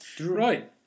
right